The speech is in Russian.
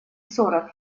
сорок